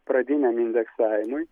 pradiniam indeksavimui